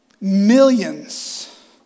millions